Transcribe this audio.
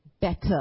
better